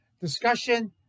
discussion